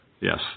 Yes